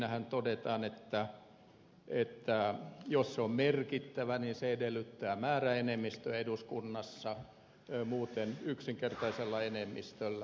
siinähän todeltaan että jos se on merkittävä niin se edellyttää määräenemmistöä eduskunnassa muuten yksinkertaisella enemmistöllä